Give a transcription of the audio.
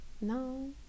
No